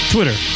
Twitter